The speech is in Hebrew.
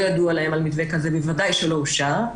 ידוע להם על מתווה כזה ובוודאי שלא אושר.